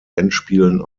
endspielen